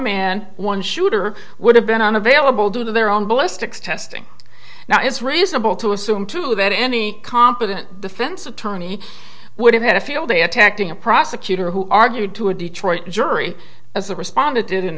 man one shooter would have been unavailable due to their own ballistics testing now it's reasonable to assume too that any competent the fence attorney would have had a field day attacking a prosecutor who argued to a detroit jury as the respondent did